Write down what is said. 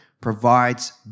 provides